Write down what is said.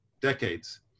decades